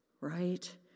Right